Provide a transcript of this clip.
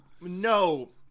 no